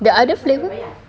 the other flavour